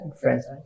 friends